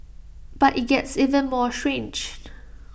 but IT gets even more strange